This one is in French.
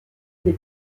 des